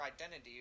identity